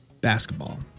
Basketball